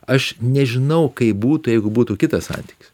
aš nežinau kaip būtų jeigu būtų kitas santykis